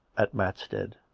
at matstead.